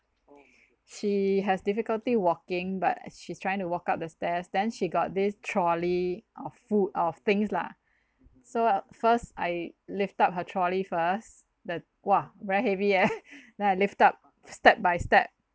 she has difficulty walking but she's trying to walk up the stairs then she got this trolley of food of things lah so first I lift up her trolley firsts that !wah! very heavy eh then I lift up step by step